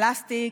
פלסטיק,